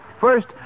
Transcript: First